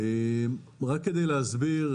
רק כדי להסביר,